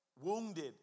wounded